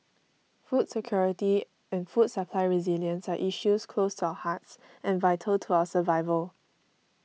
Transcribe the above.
food security and food supply resilience are issues close to our hearts and vital to our survival